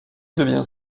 devient